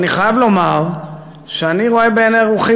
אני חייב לומר שאני רואה בעיני רוחי